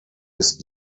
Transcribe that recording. ist